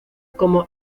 como